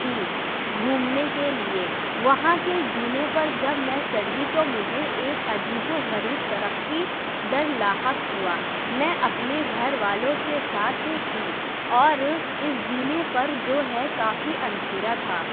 تھی گھومنے کے لیے وہاں کے زینے پر جب میں چڑھی تو مجھے ایک عجیب و غریب ترقی ڈر لاحق ہوا میں اپنے گھر والوں کے ساتھ تھی اور اس زینے پر جو ہے کافی اندھیرا تھا